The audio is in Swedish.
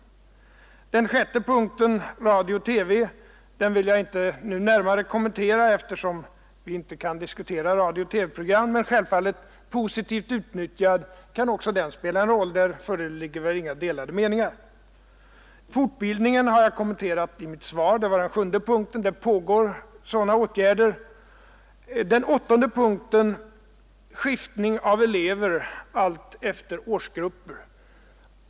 Fredagen den Den sjätte punkten, om radio och TV, vill jag inte närmare 17 mars 1972 kommentera, eftersom vi inte kan diskutera radiooch TV-program här, men positivt utnyttjade kan givetvis också radio och television spela en roll. Därvidlag föreligger väl inga delade meningar. Fortbildningen — det var den sjunde punkten — har jag kommenterat i mitt svar. Det pågår sådant arbete som herr Stålhammar efterlyste. Den åttonde punkten gällde skiktning av elever efter årsgrupper.